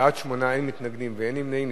בעד, 8, אין מתנגדים ואין נמנעים.